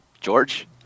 George